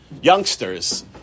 youngsters